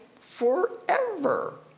forever